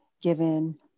given